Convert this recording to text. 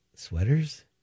Sweaters